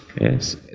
Yes